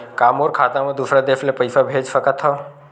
का मोर खाता म दूसरा देश ले पईसा भेज सकथव?